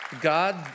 God